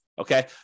Okay